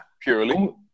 Purely